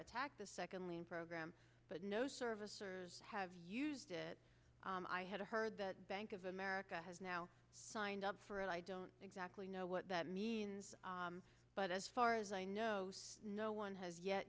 attack the second lien program but no service have used it i had heard that bank of america has now signed up for it i don't exactly know what that means but as far as i know no one has yet